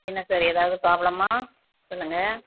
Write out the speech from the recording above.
என்ன சார் எதாவது ப்ராப்ளமா சொல்லுங்கள்